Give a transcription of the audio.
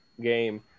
game